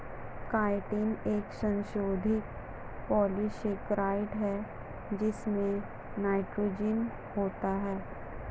chitin एक संशोधित polysaccharide है जिसमें नाइट्रोजन होता है